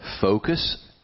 focus